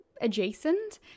adjacent